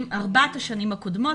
אלה נתונים של ארבע השנים הקודמות.